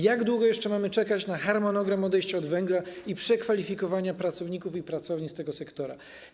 Jak długo jeszcze mamy czekać na harmonogram odejścia od węgla i przekwalifikowania pracownic i pracowników z tego sektora?